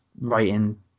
writing